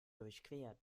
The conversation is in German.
durchquert